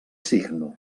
signo